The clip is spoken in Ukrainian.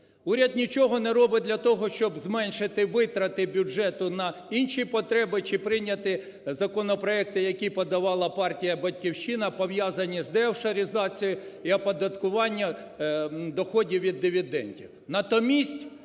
Уряд нічого не робить для того, щоб зменшити витрати бюджету на інші потреби чи прийняти законопроекти, які подавала партія "Батьківщина", пов'язані з деофшоризацією і оподаткування доходів від дивідендів.